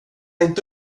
inte